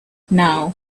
now